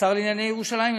השר לענייני ירושלים,